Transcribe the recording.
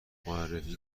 معرفی